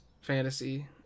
fantasy